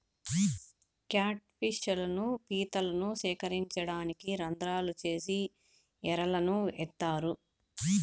cat fish లను, పీతలను సేకరించడానికి రంద్రాలు చేసి ఎరలను ఏత్తారు